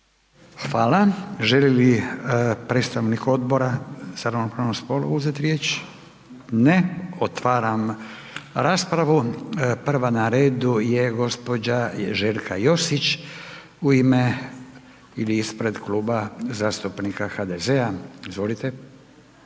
Hvala. Želi li predstavnik Odbora za ravnopravnost spolova uzeti riječ? Ne. Otvaram raspravu. Prva na redu je gospođa Željka Josić u ime ili ispred Kluba zastupnika HDZ-a. Izvolite.